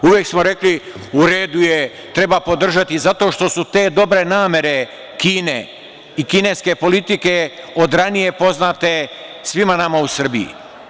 Uvek smo govorili – u redu je, treba podržati, zato što su te dobre namere Kine i kineske politike od ranije poznate svima nama u Srbiji.